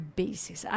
basis